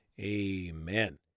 amen